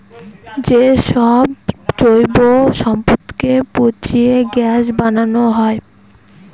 যে সব জৈব সম্পদকে পচিয়ে গ্যাস বানানো হয়